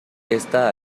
está